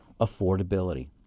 affordability